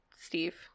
steve